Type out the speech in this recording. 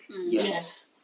yes